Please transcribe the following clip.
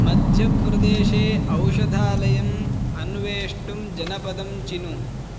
मध्यप्रदेशे औषधालयम् अन्वेष्टुं जनपदं चिनु